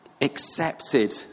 accepted